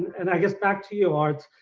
and i guess back to you art.